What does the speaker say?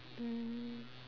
mm